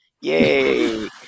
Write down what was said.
Yay